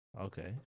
Okay